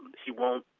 he won't